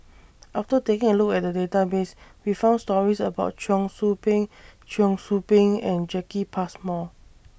after taking A Look At The Database We found stories about Cheong Soo Pieng Cheong Soo Pieng and Jacki Passmore